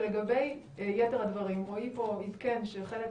ולגבי יתר הדברים רועי פה עדכן שחלק